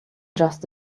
just